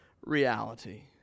reality